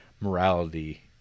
morality